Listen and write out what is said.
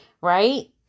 right